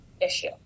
issue